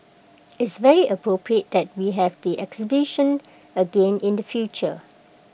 it's very appropriate that we have the exhibition again in the future